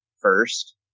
first